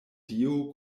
dio